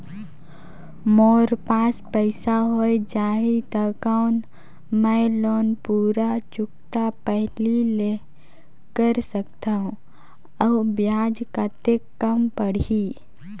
मोर पास पईसा हो जाही त कौन मैं लोन पूरा चुकता पहली ले कर सकथव अउ ब्याज कतेक कम पड़ही?